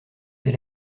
ses